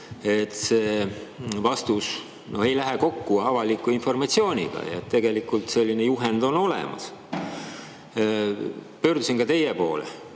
see vastus ei lähe kokku avaliku informatsiooniga ja tegelikult selline juhend on olemas, pöördusin teie poole.